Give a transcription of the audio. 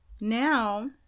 Now